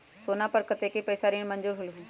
सोना पर कतेक पैसा ऋण मंजूर होलहु?